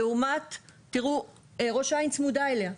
זאת לעומת ראש העין שצמודה אליה.